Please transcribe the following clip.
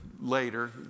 later